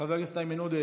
חבר הכנסת איימן עודה,